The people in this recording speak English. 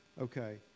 okay